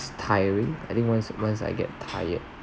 tiring I think once once I get tired